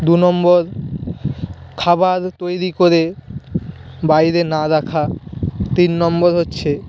দু নম্বর খাবার তৈরি করে বাইরে না রাখা তিন নম্বর হচ্ছে